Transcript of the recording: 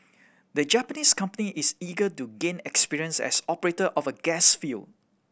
the Japanese company is eager to gain experience as operator of a gas field